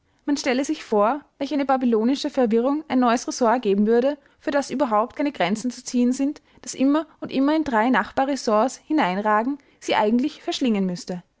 man stelle sich vor welch eine babylonische verwirrung ein neues ressort ergeben würde für das überhaupt keine grenzen zu ziehen sind das immer und immer in drei nachbarressorts hineinragen sie eigentlich verschlingen müßte